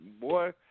boy